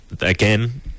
again